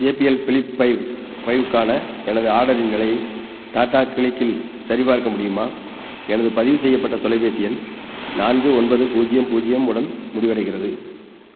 JBL flip five ஃபைவ்க்கான எனது ஆர்டரின் நிலையை டாடா கிளிக்கில் சரிபார்க்க முடியுமா எனது பதிவு செய்யப்பட்ட தொலைபேசி எண் நான்கு ஒன்பது பூஜ்ஜியம் பூஜ்ஜியம் உடன் முடிவடைகிறது